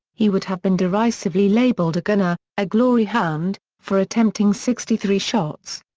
he would have been derisively labelled a gunner, a glory-hound, for attempting sixty three shots.